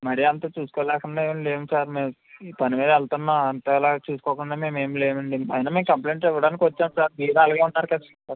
మరీ అంత చూసుకోలేకుండా ఏం లేము సార్ మేము పని మీద వెళ్తన్నాము అంతలా చూసుకోకుండా మేము ఏం లేమండి అయినా మీకు కంప్లైంట్ ఇవ్వడానికి వచ్చాము సార్ మీరు అలాగే ఉంటారు కదా సార్